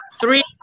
three